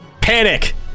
panic